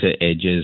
edges